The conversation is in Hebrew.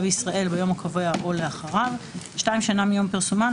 בישראל ביום הקובע או לאחריו; שנה מיום פרסומן,